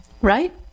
right